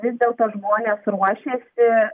vis dėlto žmonės ruošiasi